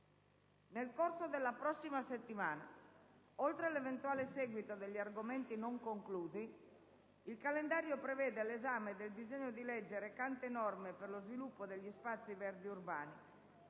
Nel corso della prossima settimana, oltre all'eventuale seguito degli argomenti non conclusi, il calendario prevede l'esame del disegno di legge recante norme per lo sviluppo degli spazi verdi urbani,